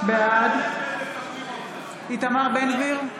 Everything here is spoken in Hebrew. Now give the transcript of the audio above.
בעד איתמר בן גביר,